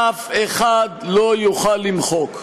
אף אחד לא יוכל למחוק.